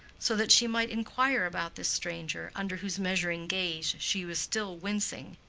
so that she might inquire about this stranger, under whose measuring gaze she was still wincing.